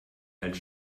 als